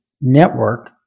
network